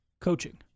Coaching